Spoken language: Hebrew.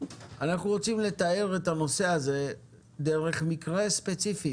אנחנו רוצים לתאר את הנושא הזה דרך מקרה ספציפי